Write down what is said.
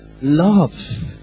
Love